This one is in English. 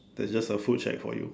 there is just a food shack for you